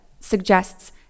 suggests